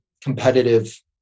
competitive